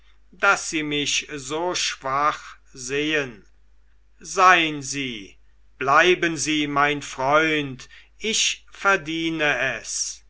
daß sie mich so schwach sehen seien sie bleiben sie mein freund ich verdiene es